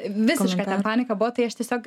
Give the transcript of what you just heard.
visiška ten panika buvo tai aš tiesiog